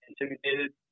intimidated